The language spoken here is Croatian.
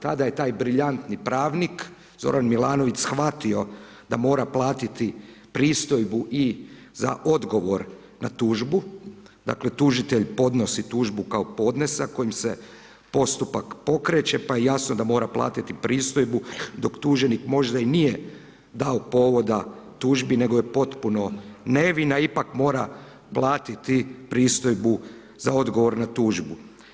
Tada je taj briljantni pravnik Zoran Milanović shvatio da mora platiti pristojbu i za odgovor na tužbu dakle, tužitelj podnosi tužbu kao podnesak, kojim se postupak pokreće pa je jasno da mora platiti pristojbu, dok tuženik možda i nije dao povoda tužbi, nego je potpuno nevin, a ipak mora platiti pristojbu za odgovor na tužbu.